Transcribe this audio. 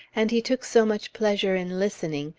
and he took so much pleasure in listening,